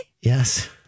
Yes